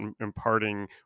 imparting